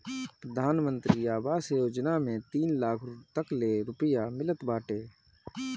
प्रधानमंत्री आवास योजना में तीन लाख तकले रुपिया मिलत बाटे